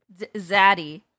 Zaddy